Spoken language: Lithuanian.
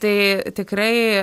tai tikrai